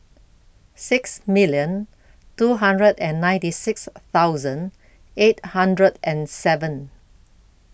six million two hundred and ninety six thousand eight hundred and seven